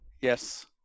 Yes